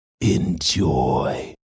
Enjoy